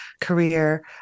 career